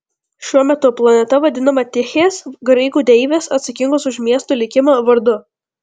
šiuo metu planeta vadinama tichės graikų deivės atsakingos už miestų likimą vardu